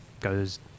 goes